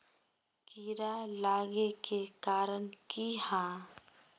कीड़ा लागे के कारण की हाँ?